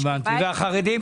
והחרדים?